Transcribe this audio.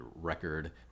record